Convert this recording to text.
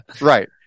Right